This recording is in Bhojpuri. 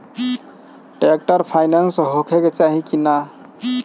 ट्रैक्टर पाईनेस होखे के चाही कि ना?